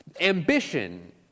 Ambition